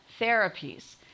therapies